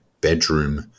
bedroom